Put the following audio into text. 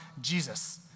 Jesus